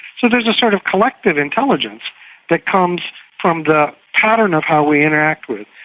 so there's a sort of collective intelligence that comes from the pattern of how we interact with,